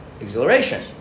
exhilaration